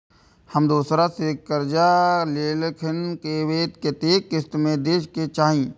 हम दोसरा से जे कर्जा लेलखिन वे के कतेक किस्त में दे के चाही?